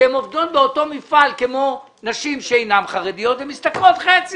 שהן עובדות באותו מפעל כמו נשים שאינן חרדיות ומשתכרות חצי.